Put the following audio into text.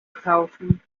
kaufen